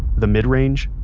the mid-range,